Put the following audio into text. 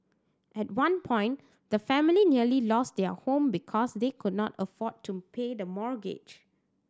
at one point the family nearly lost their home because they could not afford to pay the mortgage